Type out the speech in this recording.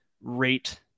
rate